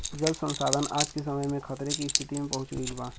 जल संसाधन आज के समय में खतरे के स्तिति में पहुँच गइल बा